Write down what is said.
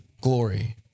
glory